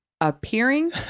appearing